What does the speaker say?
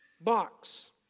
box